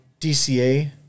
DCA